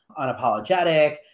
Unapologetic